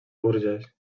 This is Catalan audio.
bourges